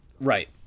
Right